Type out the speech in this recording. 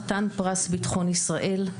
חתן פרס בטחון ישראל,